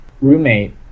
roommate